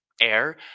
air